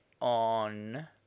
on